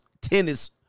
Tennis